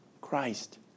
Christ